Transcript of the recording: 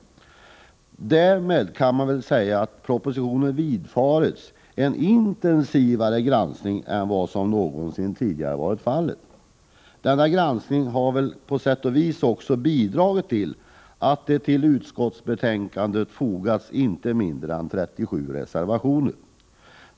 Därmed kan man säga att propositionen utsatts för en intensivare granskning än vad som någonsin tidigare har varit fallet. Denna granskning har på sätt och vis också bidragit till att det till utskottsbetänkandet fogats inte mindre än 37 reservationer.